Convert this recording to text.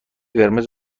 قرمز